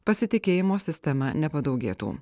pasitikėjimo sistema nepadaugėtų